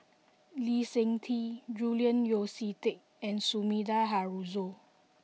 Lee Seng Tee Julian Yeo See Teck and Sumida Haruzo